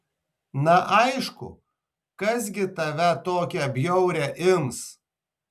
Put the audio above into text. na aišku kas gi tave tokią bjaurią ims